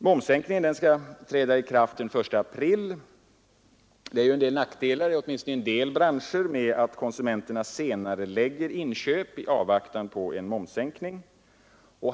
Momssänkningen skall träda i kraft den 1 april. Det innebär ju vissa nackdelar åtminstone i en del branscher genom att konsumenterna senarelägger inköp i avvaktan på momssänkningen.